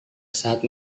saat